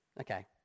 Okay